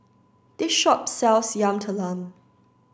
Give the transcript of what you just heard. this shop sells Yam Talam